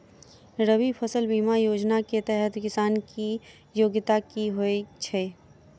रबी फसल बीमा योजना केँ तहत किसान की योग्यता की होइ छै?